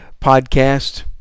podcast